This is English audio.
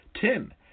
Tim